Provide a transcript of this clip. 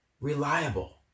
Reliable